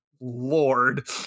lord